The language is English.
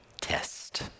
test